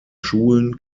schulen